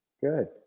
Good